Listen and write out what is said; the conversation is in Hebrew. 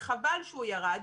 וחבל שהוא ירד.